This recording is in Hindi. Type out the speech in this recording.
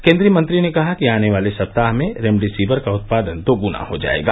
केन्द्रीय मंत्री ने कहा कि आने वाले सप्ताह में रेमडेसिविर का उत्पादन दोगुना हो जायेगा